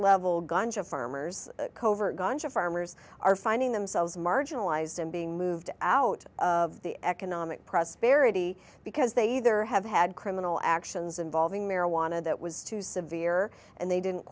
level gunja farmers covert gunja farmers are finding themselves marginalized and being moved out of the economic prosperity because they either have had criminal actions involving marijuana that was too severe and they didn't